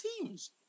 teams